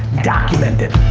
documented.